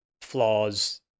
flaws